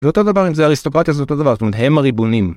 ואותו דבר, אם זה אריסטוקרטיה, זה אותו דבר, זאת אומרת, הם הריבונים.